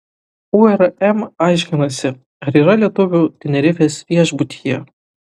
urm aiškinasi ar yra lietuvių tenerifės viešbutyje